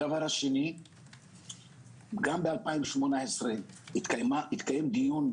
דבר שני גם ב-2018 התקיים דיון,